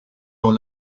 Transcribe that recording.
dans